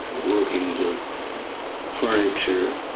workings of furniture,